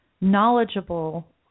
knowledgeable